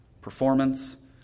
performance